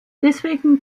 deswegen